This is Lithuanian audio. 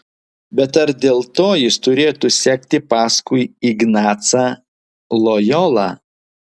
bet ar dėl to jis turėtų sekti paskui ignacą lojolą